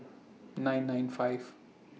nine nine five